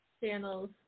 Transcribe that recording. channels